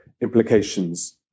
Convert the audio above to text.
implications